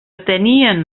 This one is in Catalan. tenien